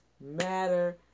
Matter